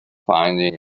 finding